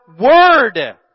word